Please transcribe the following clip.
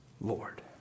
Lord